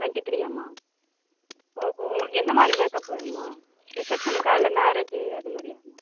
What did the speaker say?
twenty த்ரீயாம்மா ஓ உ உங்களுக்கு எந்த மாதிரி மேக்அப் வேணும்மா ரிசப்ஷனுக்கா இல்லை மேரேஜு அது மாதிரியாம்மா